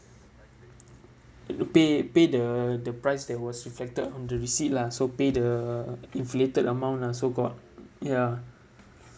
pay pay the the price that was reflected on the receipt lah so pay the inflated amount lah so-called ya